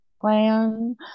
plan